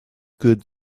good